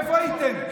איפה הייתם?